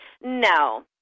No